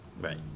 Right